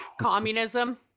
communism